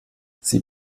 sie